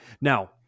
Now